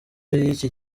y’iki